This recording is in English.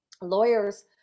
Lawyers